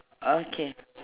okay